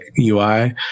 UI